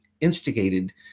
instigated